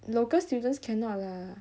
local students cannot lah